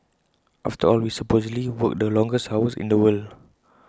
after all we supposedly work the longest hours in the world